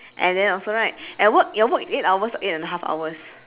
and then also right at work your work is eight hours or eight and a half hours